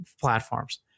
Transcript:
platforms